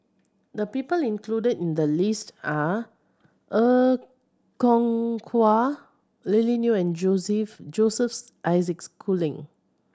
the people included in the list are Er Kwong Wah Lily Neo and Joseph Josephs Isaac Schooling